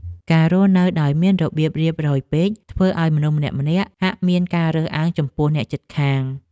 ការរស់នៅដោយមានរបៀបរៀបរយពេកធ្វើឱ្យមនុស្សម្នាក់ៗហាក់មានការរើសអើងចំពោះអ្នកជិតខាង។